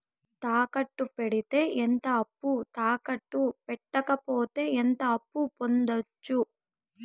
తాకట్టు పెడితే ఎంత అప్పు, తాకట్టు పెట్టకపోతే ఎంత అప్పు పొందొచ్చు?